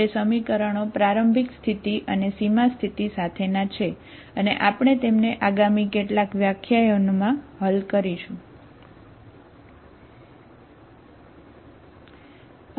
તે સમીકરણો પ્રારંભિક સ્થિતિ અને સીમા સ્થિતિ સાથેના છે અને આપણે તેમને આગામી કેટલાક વ્યાખ્યાનોમાં હલ કરીશું બરાબર